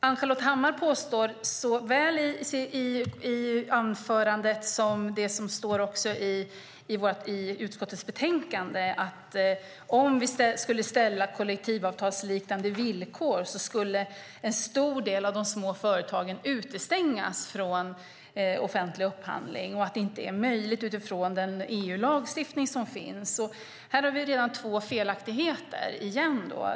Ann-Charlotte Hammar Johnsson påstår i anförandet, och det står också i utskottets betänkande, att om vi ställer krav på kollektivavtalsliknande villkor kommer en stor del av de små företagen att utestängas från offentlig upphandling och att det inte är möjligt med den EU-lagstiftning som finns. Här har vi två felaktigheter.